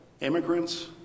Immigrants